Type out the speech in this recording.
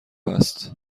است